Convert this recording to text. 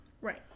Right